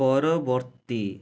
ପରବର୍ତ୍ତୀ